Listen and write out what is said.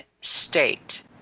state